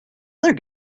other